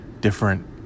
different